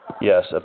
Yes